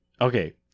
Okay